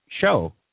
show